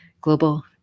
Global